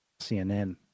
CNN